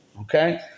Okay